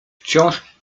wciąż